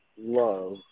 love